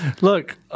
Look